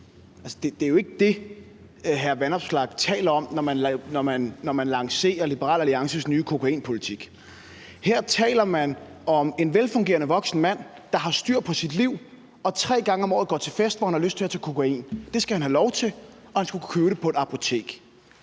Det er jo ikke det, hr. Alex Vanopslagh taler om, når man lancerer Liberal Alliances nye kokainpolitik. Her taler man om en velfungerende voksen mand, der har styr på sit liv og tre gange om året går til fest, hvor han har lyst til at tage kokain. Man siger, at det skal han have lov til, og at han skal kunne købe det på et apotek.